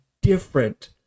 different